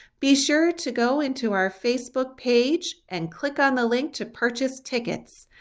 be sure to go into our facebook page and click on the link to purchase tickets.